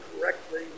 correctly